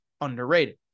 underrated